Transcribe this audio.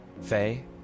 Faye